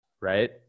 Right